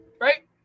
right